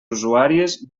usuàries